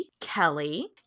Kelly